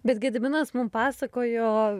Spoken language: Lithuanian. bet gediminas mum pasakojo